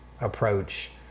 approach